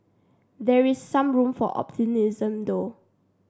there is some room for optimism though